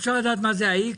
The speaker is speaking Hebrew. אפשר לדעת מה זה האיקס?